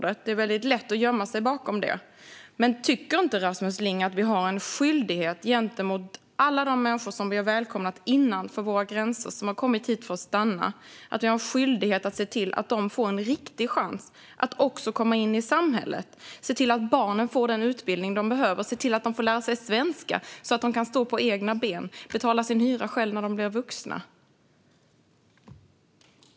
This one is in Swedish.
Det är väldigt lätt att gömma sig bakom det. Men tycker inte Rasmus Ling att vi har en skyldighet gentemot alla de människor som har kommit till vårt land och som vi har välkomnat innanför våra gränser att se till att de får en riktig chans att komma in i samhället, att se till att barnen får den utbildning som de behöver och att se till att de får lära sig svenska så att de kan stå på egna ben och själva betala sin hyra när de blir vuxna?